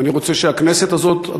ואני רוצה שהכנסת הזאת,